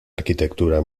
arquitectura